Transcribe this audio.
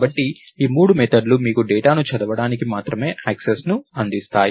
కాబట్టి ఈ మూడు మెథడ్లు మీకు డేటాను చదవడానికి మాత్రమే యాక్సెస్ను అందిస్తాయి